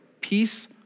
peace